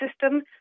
system